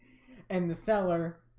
and the seller